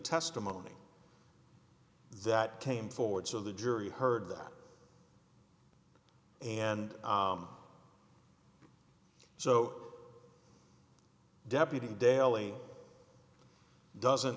testimony that came forward so the jury heard that and so deputy daly doesn't